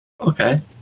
Okay